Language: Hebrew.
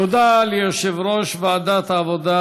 תודה ליושב-ראש ועדת העבודה,